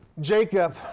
Jacob